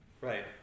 Right